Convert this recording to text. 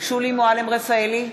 שולי מועלם-רפאלי,